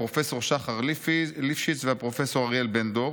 פרופ' שחר ליפשיץ ופרופ' אריאל בנדור.